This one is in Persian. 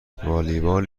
والیبال